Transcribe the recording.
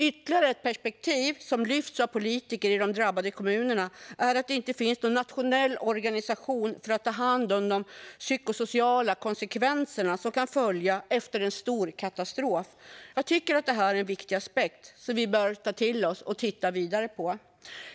Ytterligare ett perspektiv som lyfts fram av politiker i de drabbade kommunerna är att det inte finns någon nationell organisation för att ta hand om de psykosociala konsekvenser som kan följa efter en stor katastrof. Jag tycker att det är en viktig aspekt som vi bör ta till oss och titta vidare på.